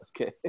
Okay